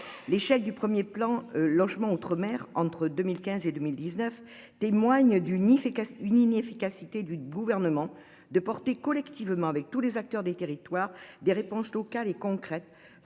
L'échec du premier plan logement outre-mer entre 2015 et 2019 témoigne d'une fait une inefficacité du gouvernement de porter collectivement avec tous les acteurs des territoires des réponses locales et concrètes